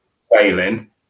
sailing